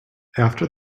after